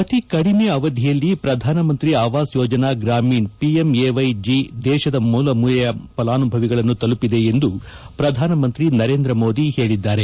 ಅತಿ ಕಡಿಮೆ ಅವಧಿಯಲ್ಲಿ ಪ್ರಧಾನಮಂತ್ರಿ ಆವಾಸ್ ಯೋಜನಾ ಗ್ರಾಮೀಷ್ ಪಿಎಂಎವ್ಟೆ ಜಿ ದೇಶದ ಮೂಲ ಮೂಲೆಯ ಫಲಾನುಭವಿಗಳನ್ನು ತಲುಪಿದೆ ಎಂದು ಪ್ರಧಾನಮಂತ್ರಿ ನರೇಂದ್ರ ಮೋದಿ ಹೇಳಿದ್ದಾರೆ